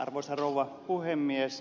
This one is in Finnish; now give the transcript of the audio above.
arvoisa rouva puhemies